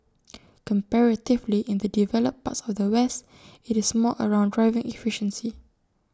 comparatively in the developed parts of the west IT is more around driving efficiency